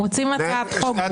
רוצים הצעת חוק ברורה.